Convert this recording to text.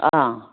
ꯑꯥ